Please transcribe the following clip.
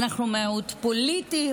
אנחנו מיעוט פוליטי,